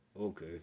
Okay